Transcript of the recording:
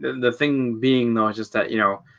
the thing being though just that you know